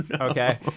Okay